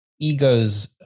egos